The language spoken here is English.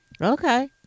Okay